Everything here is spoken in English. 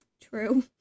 True